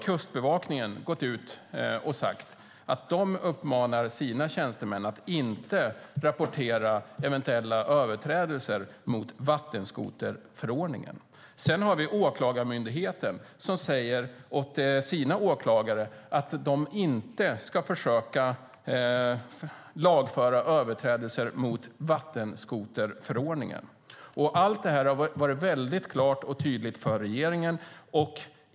Kustbevakningen har gått ut och uppmanat sina tjänstemän att inte rapportera eventuella överträdelser mot vattenskoterförordningen. Sedan har vi Åklagarmyndigheten, som säger åt sina åklagare att de inte ska försöka lagföra överträdelser mot vattenskoterförordningen. Allt det här har varit väldigt klart och tydligt för regeringen.